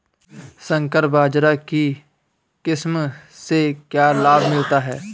संकर बाजरा की किस्म से क्या लाभ मिलता है?